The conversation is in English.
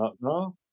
no